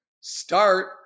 start